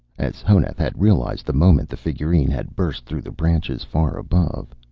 as honath had realized the moment the figurine had burst through the branches far above.